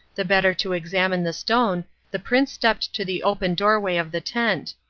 the better to examine the stone the prince stepped to the open doorway of the tent.